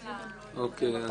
אוקיי.